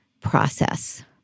process